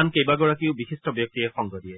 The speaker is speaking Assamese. আন কেইবাগৰাকীও বিশিষ্ট ব্যক্তিয়ে সংগ দিব